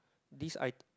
this i~